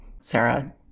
sarah